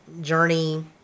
journey